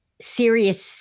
serious